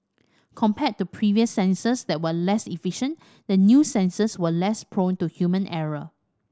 compared to previous sensors that were less efficient the new sensors were less prone to human error